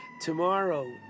tomorrow